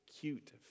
cute